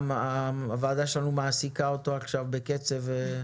שהוועדה שלנו מעסיקה אותו בקצב גבוה.